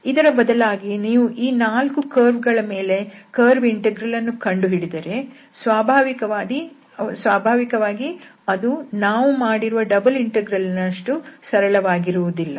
ಇದರ ಬದಲಾಗಿ ನೀವು ಈ 4 ಕರ್ವ್ ಗಳ ಮೇಲೆ ಕರ್ವ್ ಇಂಟೆಗ್ರಲ್ ಅನ್ನು ಕಂಡುಹಿಡಿದರೆ ಸ್ವಾಭಾವಿಕವಾಗಿ ಅದು ನಾವು ಮಾಡಿರುವ ಡಬಲ್ ಇಂಟೆಗ್ರಲ್ ನಷ್ಟು ಸರಳವಾಗಿರುವುದಿಲ್ಲ